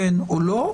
כן או לא,